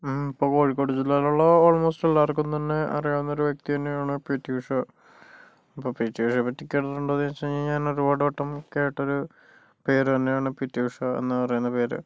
ഇപ്പോൾ കോഴിക്കോട് ജില്ലയിൽ ഉള്ള ഓൾമോസ്റ്റ് എല്ലാവർക്കും തന്നെ അറിയാവുന്ന ഒരു വ്യക്തി തന്നെയാണ് പി ടി ഉഷ അപ്പോൾ പി ടി ഉഷയെ പറ്റി കേട്ടിട്ടുണ്ടോ എന്നു ചോദിച്ചു കഴിഞ്ഞാൽ ഞാൻ ഒരുപാട് വട്ടം കേട്ട ഒരു പേര് തന്നെയാണ് പി ടി ഉഷ എന്നു പറയുന്ന പേര്